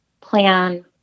plan